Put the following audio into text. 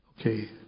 Okay